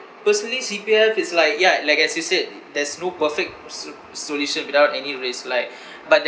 personally C_P_F is like ya like as you said there's no perfect sol~ solution without any risk like but